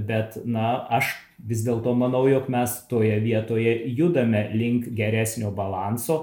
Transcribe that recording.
bet na aš vis dėlto manau jog mes toje vietoje judame link geresnio balanso